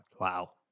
Wow